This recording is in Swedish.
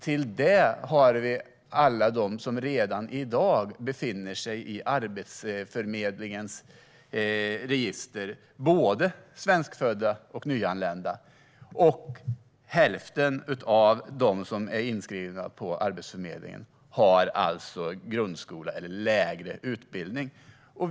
Till det ska läggas alla dem som redan i dag befinner sig i Arbetsförmedlingens register, både svenskfödda och nyanlända. Hälften av dem som är inskrivna på Arbetsförmedlingen har grundskoleutbildning eller lägre.